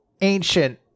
ancient